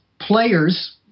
players